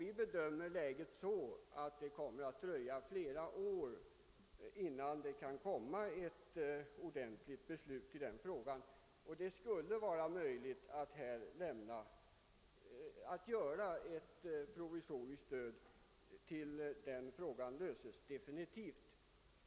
Vi bedömer läget så, att det kommer att dröja flera år innan det kan fattas ett ordentligt beslut i den frågan, och vi menar att det borde vara möjligt att lämna ett provisoriskt stöd tills saken blir löst definitivt.